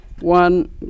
one